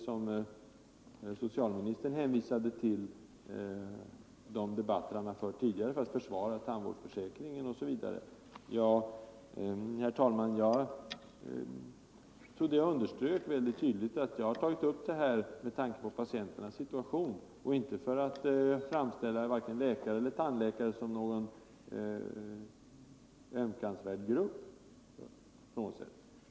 Socialministern hänvisade till de debatter som han hade fört tidigare för att försvara tandvårdsförsäkringen. Jag trodde att jag tydligt underströk att jag har tagit upp frågan med tanke på patienternas situation och inte för att framställa vare sig läkare eller tandläkare som någon ömkansvärd grupp.